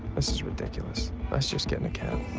this is ridiculous. let's just get in a cab.